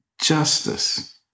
justice